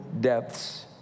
depths